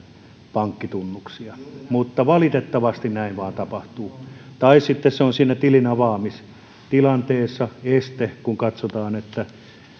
pankkitunnuksia maksuhäiriömerkinnästä johtuen mutta valitettavasti näin vain tapahtuu tai sitten se on siinä tilinavaamistilanteessa este kun katsotaan että